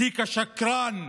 תיק השקרן